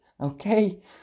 Okay